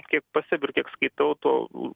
kaip pastebiu ir kiek skaitau to